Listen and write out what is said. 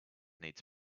needs